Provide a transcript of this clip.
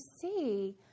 see